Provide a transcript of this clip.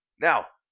now,